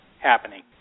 happening